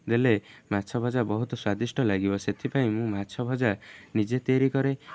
ଦେଲେ ମାଛ ଭଜା ବହୁତ ସ୍ଵାଦିଷ୍ଟ ଲାଗିବ ସେଥିପାଇଁ ମୁଁ ମାଛ ଭଜା ନିଜେ ତିଆରି କରେ